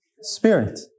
Spirit